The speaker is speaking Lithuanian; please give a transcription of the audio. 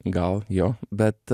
gal jo bet